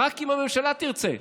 רק אם הממשלה תרצה,